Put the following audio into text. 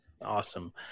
Awesome